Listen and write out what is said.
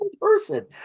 person